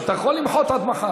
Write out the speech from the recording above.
אתה יכול למחות עד מחר.